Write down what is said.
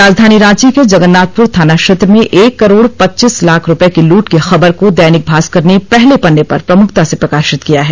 राजधानी रांची के जगन्नाथपुर थाना क्षेत्र में एक करोड़ पच्चीस लाख रूपये की लूट की खबर को दैनिक भास्कर ने पहले पन्ने पर प्रमुखता से प्रकाशित किया है